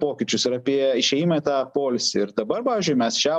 pokyčius ir apie išėjimą į tą poilsį ir dabar pavyzdžiui mes šią